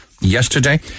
yesterday